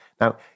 Now